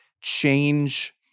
change